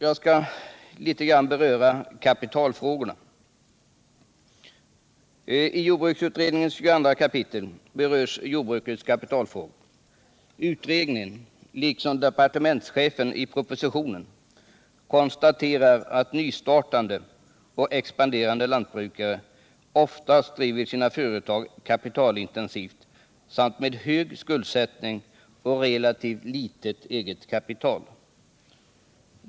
Jag skall litet beröra kapitalfrågorna. I jordbruksutredningens kap. 22 berörs jordbrukets kapitalfrågor. Utredningen, liksom departementschefen i propositionen, konstaterar att nystartande och expanderande lantbrukare oftast drivit sina företag kapitalintensivt samt med hög skuldsättning och relativt litet eget kapital.